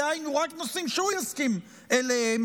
דהיינו רק נושאים שהוא יסכים עליהם,